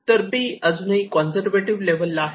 तर 'बी' अजून काँझर्व्हेटिव्ह लेव्हलला आहे